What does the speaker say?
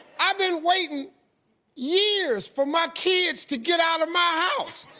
i been waitin' years for my kids to get outta my house.